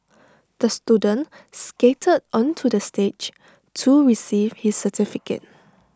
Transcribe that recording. the student skated onto the stage to receive his certificate